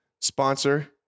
sponsor